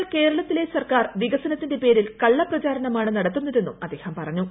എന്നാൽ കേരളത്തിലെ സർക്കാർ വികസനത്തിന്റെ പേരിൽ കള്ള പ്രചാരണമാണ് നടത്തുന്നതെന്നും അദ്ദേഹം പറഞ്ഞു